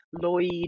Lloyd